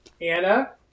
Anna